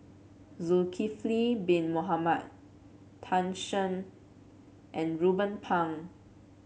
Zulkifli Bin Mohamed Tan Shen and Ruben Pang